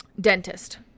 dentist